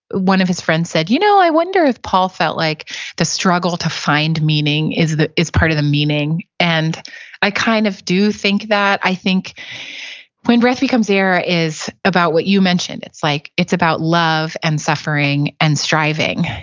one of his friends said, you know, i wonder if paul felt like the struggle to find meaning is part of the meaning. and i kind of do think that. i think when breath becomes air is about what you mentioned it's like it's about love and suffering and striving.